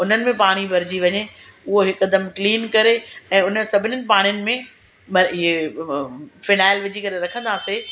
उननि में पाणी भरिजी वञे उहो हिकदमि क्लीन करे ऐं उन सभिनीनि पाणिनि में इहे फिनायल विझी करे रखंदासीं